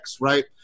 right